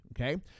okay